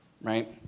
right